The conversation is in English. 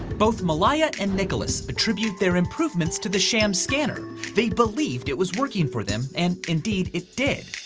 both malaya and nicholas attribute their improvements to the sham scanner. they believed it was working for them, and indeed it did.